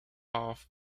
off